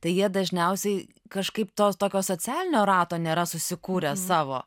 tai jie dažniausiai kažkaip to tokio socialinio rato nėra susikūrę savo